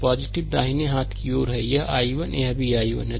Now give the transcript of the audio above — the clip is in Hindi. और दाहिने हाथ की ओर यह i 1 यह भी i1 है